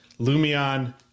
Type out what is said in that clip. Lumion